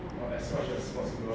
as much as possible